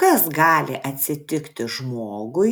kas gali atsitikti žmogui